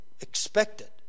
expected